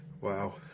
Wow